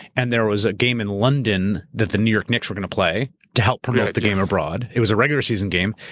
and there was a game in london that the new york knicks were going to play to help promote the game abroad. it was a regular season game,